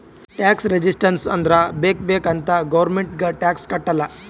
tax resistance ಅಂದುರ್ ಬೇಕ್ ಬೇಕ್ ಅಂತೆ ಗೌರ್ಮೆಂಟ್ಗ್ ಟ್ಯಾಕ್ಸ್ ಕಟ್ಟಲ್ಲ